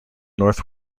north